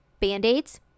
band-aids